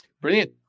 Brilliant